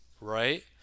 right